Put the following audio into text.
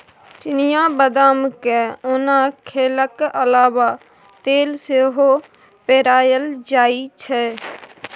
चिनियाँ बदाम केँ ओना खेलाक अलाबा तेल सेहो पेराएल जाइ छै